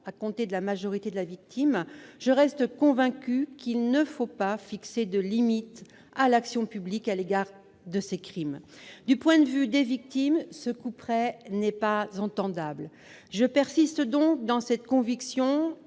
à compter de la majorité de la victime, je reste convaincue qu'il ne faut pas fixer de limite à l'action publique à l'égard de ces crimes. Du point de vue des victimes, ce couperet n'est pas compréhensible. Je persiste donc dans cette conviction